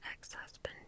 ex-husband